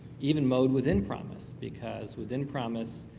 even mode within promis. because within promis,